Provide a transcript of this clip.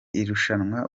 irushanwa